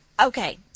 Okay